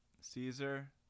caesar